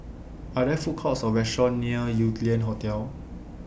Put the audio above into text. Are There Food Courts Or restaurants near Yew Lian Hotel